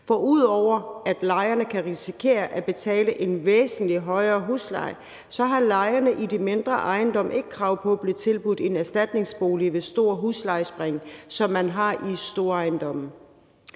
for ud over at lejerne kan risikere at betale en væsentlig højere husleje, har lejerne i de mindre ejendomme ikke krav på at blive tilbudt en erstatningsbolig ved store huslejespring, som man har i store ejendomme.